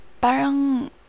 Parang